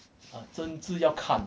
啊真字要看